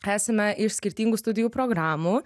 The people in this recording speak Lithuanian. esame iš skirtingų studijų programų